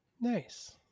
Nice